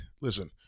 Listen